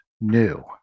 new